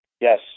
Yes